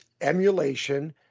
emulation